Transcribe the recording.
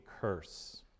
curse